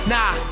Nah